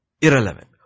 irrelevant